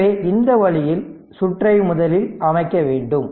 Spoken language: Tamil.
எனவே இந்த வழியில் சுற்றை முதலில் அமைக்க வேண்டும்